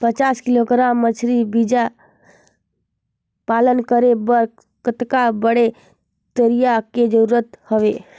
पचास किलोग्राम मछरी बीजा पालन करे बर कतका बड़े तरिया के जरूरत हवय?